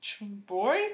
Boy